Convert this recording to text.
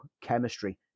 chemistry